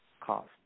cost